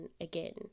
again